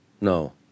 no